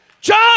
john